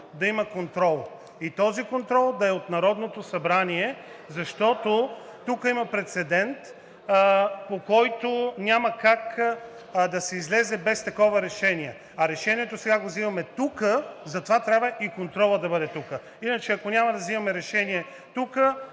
да има контрол и този контрол да е от Народното събрание, защото тук има прецедент, по който няма как да се излезе без такова решение. Решението сега го взимаме тук и затова трябва контролът да бъде тук, иначе, ако няма да взимаме решение тук,